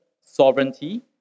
sovereignty